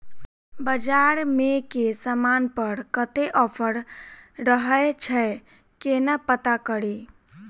बजार मे केँ समान पर कत्ते ऑफर रहय छै केना पत्ता कड़ी?